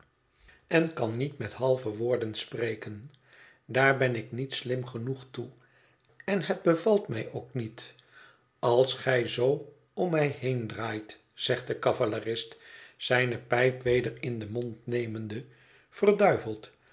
en kan niet met halve woorden spreken daar ben ik niet slim genoeg toe en het bevalt mij ook niet als gij zoo om mij heendraait zegt de cavalerist zijne pijp weder in den mond nemende